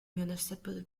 municipal